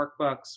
workbooks